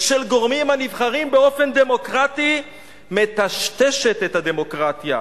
של גורמים הנבחרים באופן דמוקרטי מטשטשת את הדמוקרטיה.